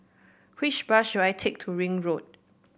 which bus should I take to Ring Road